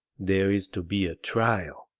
there is to be a trial,